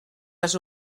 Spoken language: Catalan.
les